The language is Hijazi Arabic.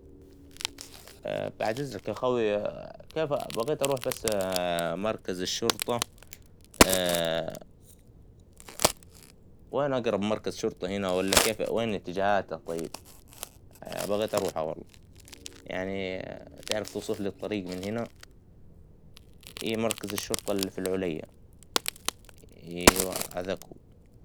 بعد إذنك يا أخوى كيف بغيت بس أروح مركز الشرطة ، وين أقرب مركز شرطة هنا ولا كيف وين إتجاهاته طيب ، بغيت أروحه والله ، يعنى تعرف توصفلى الطريق من هنا ، إى مركز الشرطة اللى فى العولية إيوه هذاك هو.